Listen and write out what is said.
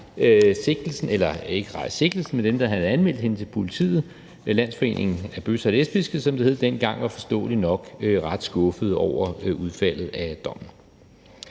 at hun nu var blevet frifundet. Og dem, der havde anmeldt hende til politiet – Landsforeningen af bøsser og lesbiske, som den hed dengang – var forståeligt nok ret skuffet over udfaldet af sagen.